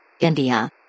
India